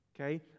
Okay